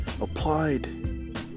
applied